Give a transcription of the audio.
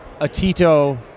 Atito